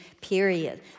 period